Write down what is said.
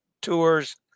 tours